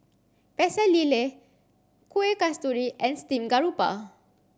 Pecel Lele Kuih Kasturi and Steamed Garoupa